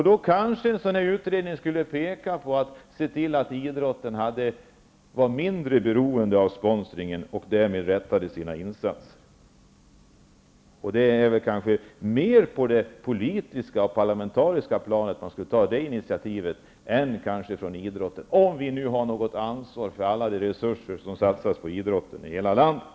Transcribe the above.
Då kanske en sådan utredning skulle peka på att idrotten borde vara mindre beroende av sponsring och rätta sina insatser efter det. Man kanske skulle ta initiativ mer på det politiska och parlamentariska planet, om vi nu har något ansvar för alla de resurser som satsas på idrotten i hela landet.